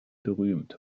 berühmt